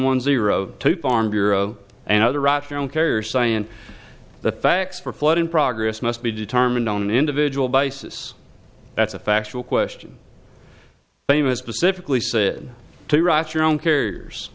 one zero two farm bureau and other rational carriers saying the facts for flood in progress must be determined on an individual basis that's a factual question famous specifically said to write your own carriers